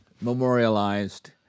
memorialized